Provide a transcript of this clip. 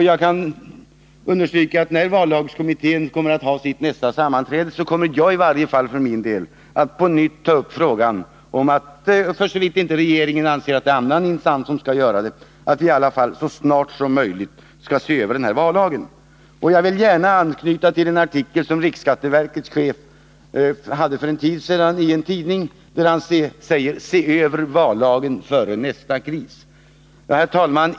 Jag kan understryka att när vallagskommittén kommer att hålla sitt nästa sammanträde, kommer i varje fall jag för min del att på nytt ta upp den frågan — för såvitt inte regeringen anser att det är någon annan instans som skall göra det. Vi bör så snart som möjligt se över vallagen. Jag vill gärna anknyta till en artikel som riksskatteverkets chef för en tid sedan hade i en tidning. Han säger där: Se över vallagen före nästa kris! Herr talman!